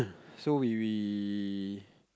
so we we